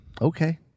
Okay